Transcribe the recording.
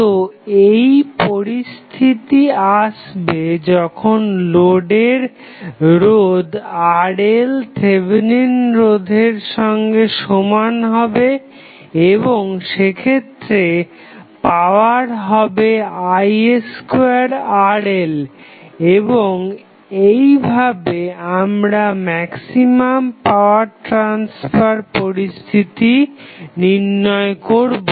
তো এই পরিস্থিতি আসবে যখন লোডের রোধ RL থেভেনিন রোধের সঙ্গে সমান হবে এবং সেক্ষেত্রে পাওয়ার হবে i2RL এবং এইভাবে আমরা ম্যাক্সিমাম পাওয়ার ট্রাসফার পরিস্থিতি নির্ণয় করবো